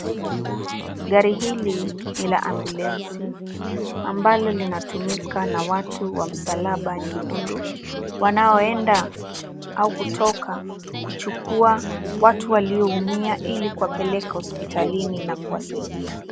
Gari hili ni la ambulensi, ambalo linatumika na watu wa msalaba mwekundu, wanaoenda au kutoka kuchukua watu walioumia ili kuwapeleka hospitalini na kuwasaidia.